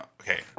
Okay